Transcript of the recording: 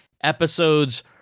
episodes